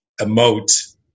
emote